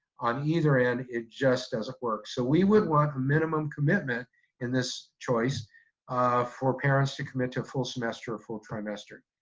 on either end it just doesn't work. so we would want a minimum commitment in this choice um for parents to commit to a full semester or full trimester.